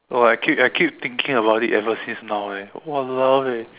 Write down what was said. !wah! I keep I keep thinking about it ever since now eh !walao! eh